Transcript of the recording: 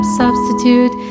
substitute